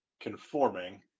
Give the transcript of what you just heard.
conforming